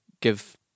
give